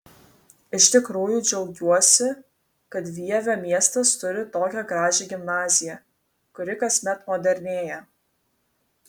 iš tikrųjų džiaugiuosi kad vievio miestas turi tokią gražią gimnaziją kuri kasmet modernėja